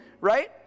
Right